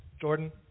Jordan